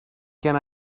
can